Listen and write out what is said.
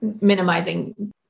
minimizing